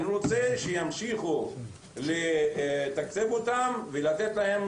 אני רוצה שימשיכו לתקצב אותם ולתת להם